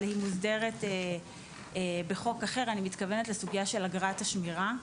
אבל היא מוסדרת בחוק אחר - אני מתכוונת לסוגייה של אגרת השמירה: